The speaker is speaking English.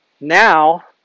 Now